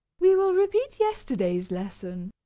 we will repeat yesterday's lesson.